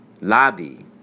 Lobby